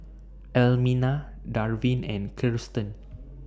Elmina Darvin and Kiersten